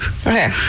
Okay